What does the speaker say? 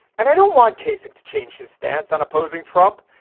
and i don't want cases to change his stance on opposing trump.